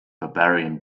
barbarian